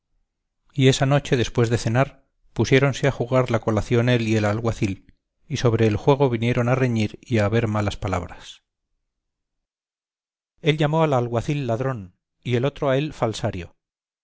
y esa noche después de cenar pusiéronse a jugar la colación él y el alguacil y sobre el juego vinieron a reñir y a haber malas palabras él llamó al alguacil ladrón y el otro a él falsario